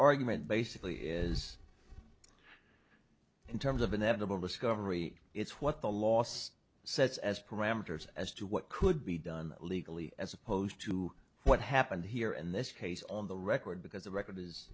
argument basically is in terms of inevitable discovery it's what the last says as parameters as to what could be done legally as opposed to what happened here in this case on the record because the record is